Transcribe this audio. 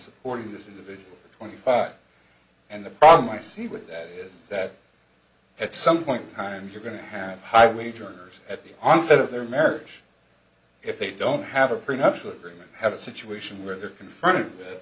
supporting this individual twenty five and the problem i see with that is that at some point in time you're going to have high wage earners at the onset of their marriage if they don't have a prenuptial agreement have a situation where they're confronted